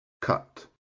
cut